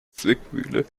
zwickmühle